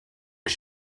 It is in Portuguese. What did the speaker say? que